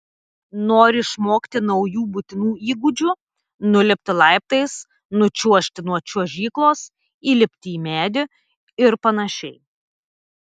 nori išmokti naujų būtinų įgūdžių nulipti laiptais nučiuožti nuo čiuožyklos įlipti į medį ir panašiai